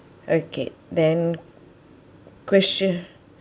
okay then question